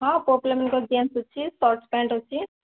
ହଁ ପୁଅ ପିଲାମାନଙ୍କର ଜିନ୍ସ୍ ଅଛି ଶର୍ଟ୍ ପ୍ୟାଣ୍ଟ୍ ଅଛି